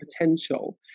potential